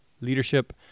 leadership